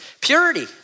Purity